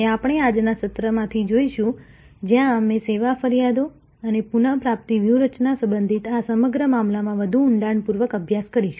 અને આપણે આજના સત્રમાંથી જોઈશું જ્યાં અમે સેવા ફરિયાદો અને પુનઃપ્રાપ્તિ વ્યૂહરચના સંબંધિત આ સમગ્ર મામલામાં વધુ ઊંડાણપૂર્વક અભ્યાસ કરીશું